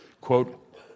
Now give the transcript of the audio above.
quote